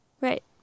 right